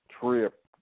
trip